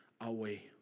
away